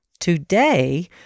Today